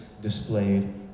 displayed